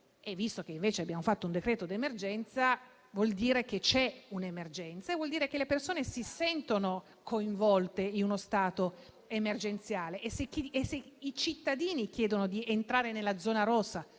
Visto che abbiamo fatto un decreto d'emergenza vuol dire che c'è un'emergenza e vuol dire che le persone si sentono coinvolte in uno stato emergenziale. Se i cittadini chiedono di entrare nella zona rossa,